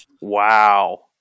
Wow